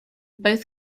both